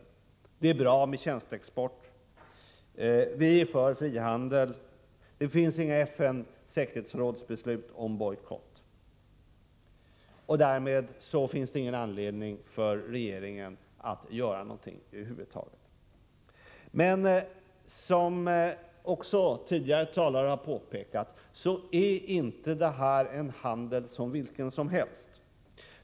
Man säger att det är bra med tjänsteexport, vi för frihandel, och FN:s säkerhetsråd har inte fattat något beslut om bojkott; därmed finns det ingen anledning för regeringen att göra någonting över huvud taget. Men som också tidigare talare har påpekat är det inte fråga om en handel vilken som helst.